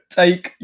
take